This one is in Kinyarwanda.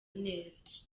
neza